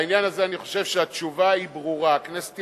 בעניין הזה אני חושב שהתשובה ברורה: הכנסת